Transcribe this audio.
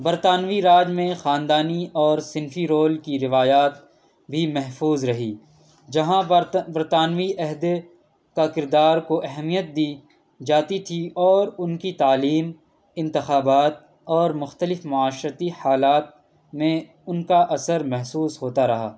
برطانوی راج میں خاندانی اور صنفی رول کی روایات بھی محفوظ رہی جہاں بر برطانوی عہدے کا کردار کو اہمیت دی جاتی تھی اور ان کی تعلیم انتخابات اور مختلف معاشرتی حالات میں ان کا اثر محسوس ہوتا رہا